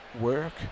work